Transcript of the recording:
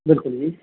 ਬਿਲਕੁਲ ਜੀ